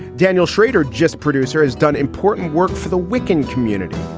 daniel shrader, just producer, has done important work for the wiccan community.